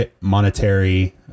monetary